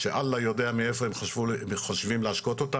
שאללה יודע מאיפה הם חושבים להשקות אותם.